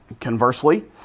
conversely